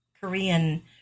Korean